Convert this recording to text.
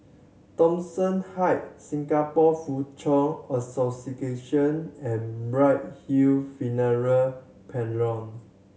Thomson Heights Singapore Foochow Association and Bright Hill Funeral Parlour